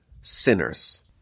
sinners